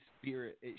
spirit